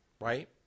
right